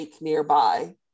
nearby